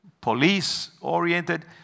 police-oriented